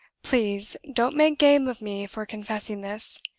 please don't make game of me for confessing this,